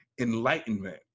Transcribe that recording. enlightenment